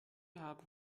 haben